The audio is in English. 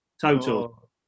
total